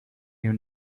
you